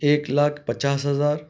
ایک لاکھ پچاس ہزار